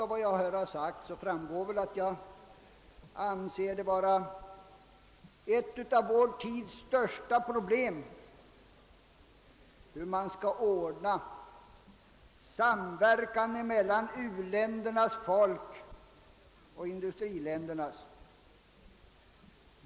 Av vad jag här har sagt torde framgå att det är ett av vår tids största problem hur man skall ordna en samverkan mellan u-ländernas folk och industriländernas.